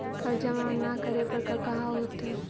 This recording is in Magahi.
कर जमा ना करे पर कका होतइ?